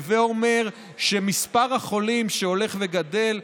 הווי אומר שמספר החולים שהולך וגדל,